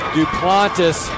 Duplantis